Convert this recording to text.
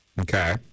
okay